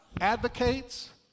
advocates